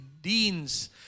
deans